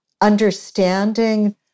understanding